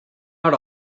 out